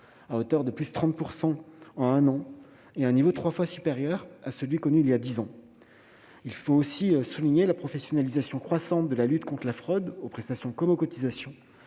en augmentation de 30 % en un an, soit un niveau trois fois supérieur à celui d'il y a dix ans. Il faut aussi souligner la professionnalisation croissante de la lutte contre la fraude aux prestations comme aux cotisations,